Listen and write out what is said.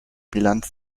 bilanz